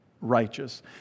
Righteous